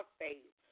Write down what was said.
faith